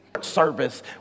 service